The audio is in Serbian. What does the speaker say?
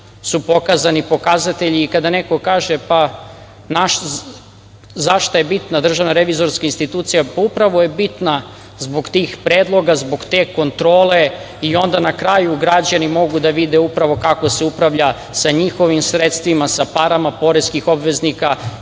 su pokazani pokazatelji. I kada neko kaže – pa za šta je bitna državna revizorska institucija, pa upravo je bitna zbog tih predloga, zbog te kontrole i onda na kraju građani mogu da vide upravo kako se upravlja sa njihovim sredstvima, sa parama poreskih obveznika